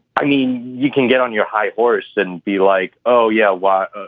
i mean, you can get on your high horse and be like, oh, yeah? why? ah